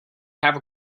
have